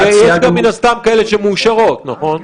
יש גם מן הסתם כאלה שמאושרת, נכון?